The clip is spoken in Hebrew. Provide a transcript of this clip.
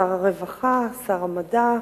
שר הרווחה, שר המדע,